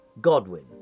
Godwin